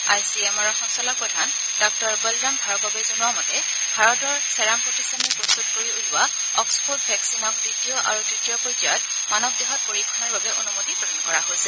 আই C M আৰৰ সঞ্চালক প্ৰধান ডাঃ বলৰাম ভাৰ্গবে জনোৱা মতে ভাৰতৰ ছেৰাম প্ৰতিষ্ঠান প্ৰস্তত কৰি উলিওৱা অক্সফৰ্ড ভেকচিনক দ্বিতীয় আৰু তৃতীয় পৰ্যায়ত মানৱ দেহত পৰীক্ষণৰ বাবে অনুমতি প্ৰদান কৰা হৈছে